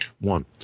One